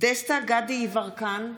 דסטה גדי יברקן,